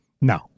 No